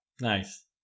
Nice